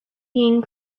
being